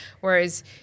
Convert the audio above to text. whereas –